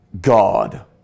God